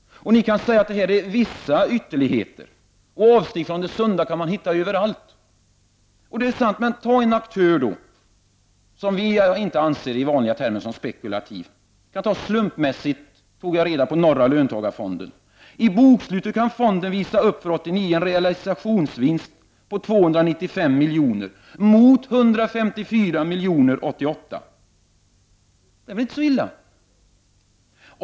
Det kan sägas att vad jag här räknat upp är vissa ytterligheter och att avsteg från det sunda hittas överallt. Det är förvisso sant, men låt oss som exempel slumpmässigt ta Norra löntagarfonden som vi i vanliga fall inte anser vara spekulativ. I bokslutet för 1989 kan fonden visa upp en realisationsvinst på 295 milj.kr. mot 154 milj.kr. 1988. Det är väl inte så illa.